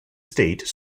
state